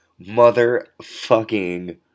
motherfucking